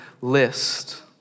list